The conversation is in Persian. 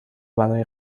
برای